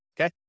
okay